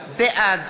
בעד